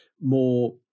more